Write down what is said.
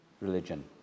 religion